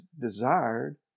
desired